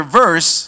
verse